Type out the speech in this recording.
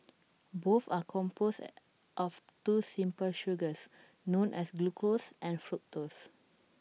both are composed of two simple sugars known as glucose and fructose